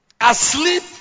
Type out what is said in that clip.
asleep